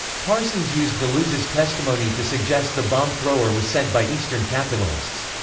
parsons used deluse's testimony to suggest the bomb thrower was sent by eastern capitalists.